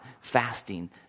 fasting